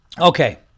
Okay